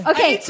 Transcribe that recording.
Okay